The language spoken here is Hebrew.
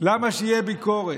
למה שתהיה ביקורת?